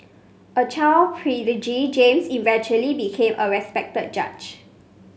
a child prodigy James eventually became a respected judge